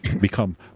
become